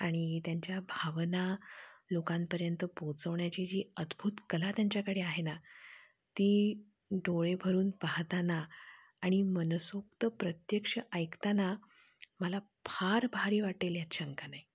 आणि त्यांच्या भावना लोकांपर्यंत पोहोचवण्याची जी अद्भुत कला त्यांच्याकडे आहे ना ती डोळे भरून पाहताना आणि मनसोक्त प्रत्यक्ष ऐकताना मला फार भारी वाटेल ह्यात शंका नाही